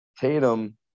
Tatum